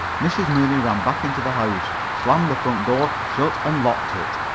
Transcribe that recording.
mrs. mooney ran back into the house, slammed the front door, shut and locked it.